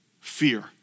fear